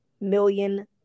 million